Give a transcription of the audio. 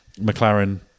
McLaren